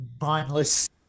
mindless